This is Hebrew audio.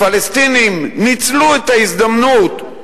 הפלסטינים ניצלו את ההזדמנות,